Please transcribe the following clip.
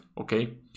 okay